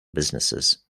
businesses